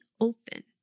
open